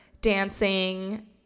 dancing